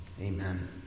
Amen